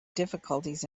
difficulties